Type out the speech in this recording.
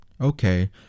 Okay